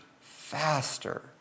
faster